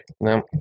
No